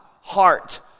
heart